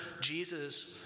Jesus